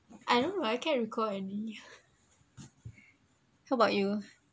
I don't know I can't recall any how about you